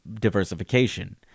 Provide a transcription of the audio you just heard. diversification